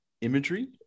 Imagery